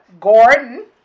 Gordon